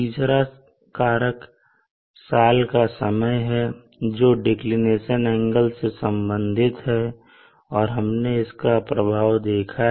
तीसरा कारक साल का समय है जो डिक्लिनेशन एंगल से संबंधित है और हमने इसका प्रभाव देखा है